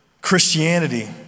Christianity